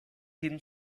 dienen